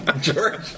george